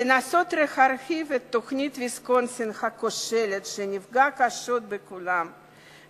לנסות להרחיב את תוכנית ויסקונסין הכושלת שפגעה קשות בחלשים ביותר,